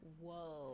Whoa